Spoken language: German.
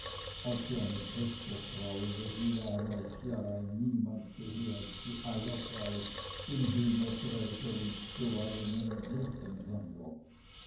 so eine pächtersfrau welche jahraus jahrein niemand sehe als die eierfrau den hühnerträger und zuweilen einen